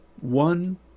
One